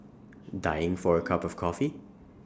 dying for A cup of coffee